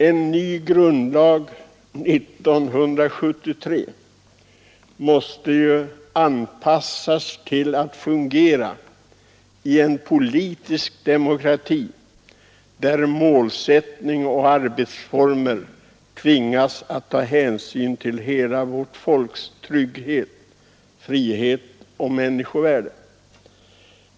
En ny grundlag 1973 måste ju anpassas så, att den kan fungera i en politisk demokrati där målsättning och arbetsformer tvingas att ta hänsyn till hela vårt folks trygghet, frihet och människovärde.